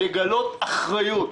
לגלות אחריות.